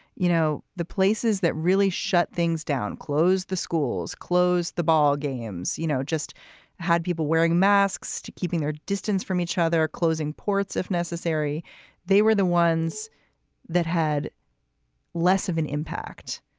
you know, the places that really shut things down, closed the schools, closed the ball games, you know, just had people wearing masks to keeping their distance from each other. closing ports, if necessary they were the ones that had less of an impact.